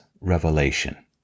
revelation